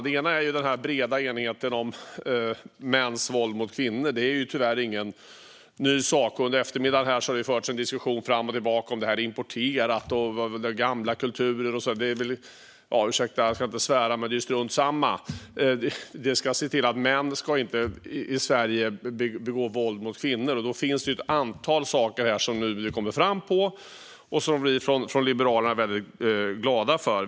En sådan är den breda enigheten när det gäller mäns våld mot kvinnor. Det är tyvärr ingen ny sak. Under eftermiddagen här har det förts en diskussion fram och tillbaka om det är ett importerat problem eller om det beror på gamla kulturer. Jag ska inte svära, men det är strunt samma. Vi ska se till att män i Sverige inte begår våld mot kvinnor. Då finns det ett antal saker som vi har kommit fram till och som vi från Liberalerna är väldigt glada för.